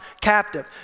captive